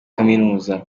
kaminuza